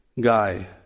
guy